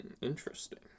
interesting